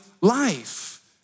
life